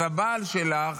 אז הבעל שלך